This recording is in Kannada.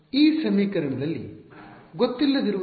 ಈ ಸಮೀಕರಣದಲ್ಲಿ ಗೊತ್ತಿಲ್ಲದಿರುವುದು ಯಾವುದು